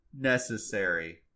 necessary